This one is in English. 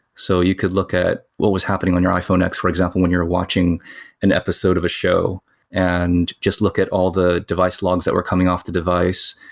so you could look at what was happening on your iphone x for example, when you're watching an episode of a show and just look at all the device logs that were coming off the device,